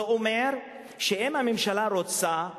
זה אומר שאם הממשלה רוצה,